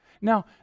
Now